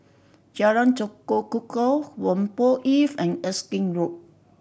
Jalan Tekukor Whampoa East and Erskine Road